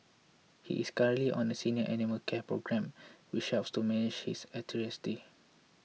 he is currently on a senior animal care programme which helps to manage his arthritis